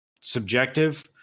subjective